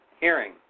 hearing